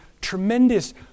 tremendous